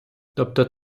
тобто